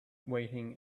waiting